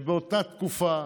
באותה תקופה